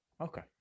Okay